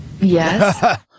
yes